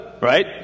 right